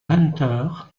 hunter